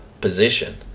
position